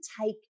take